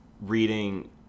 reading